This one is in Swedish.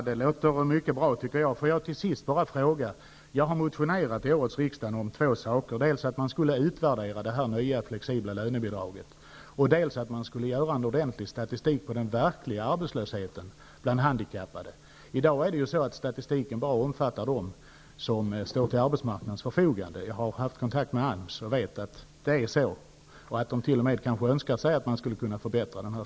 Herr talman! Det låter mycket bra. Jag har väckt motioner till årets riksdag om två saker. Det gäller dels att man skulle utvärdera det nya, flexibla lönebidraget, dels att man skulle göra en ordentlig statistik över den verkliga arbetslösheten bland de handikappade. I dag omfattar statistiken bara dem som står till arbetsmarknadens förfogande. Jag har haft kontakt med AMS och vet att det är så, och att man där t.o.m. kanske önskar att statistiken skulle kunna förbättras.